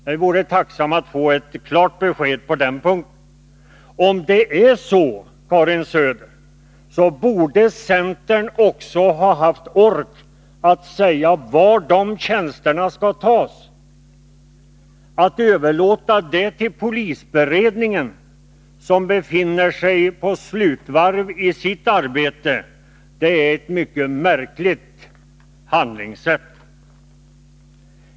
Jag vore tacksam för ett klart besked på den punkten. Om det är så, Karin Söder, borde centern också ha haft ork att säga var de tjänsterna skall tas. Att överlåta det till polisberedningen, som befinner sig på slutvarvet i sitt arbete, är ett mycket märkligt handlingssätt.